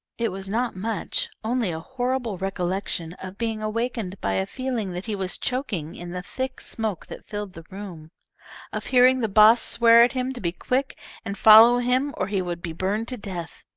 it was not much, only a horrible recollection of being awakened by a feeling that he was choking in the thick smoke that filled the room of hearing the boss swear at him to be quick and follow him or he would be burned to death.